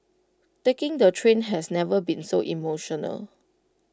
taking the train has never been so emotional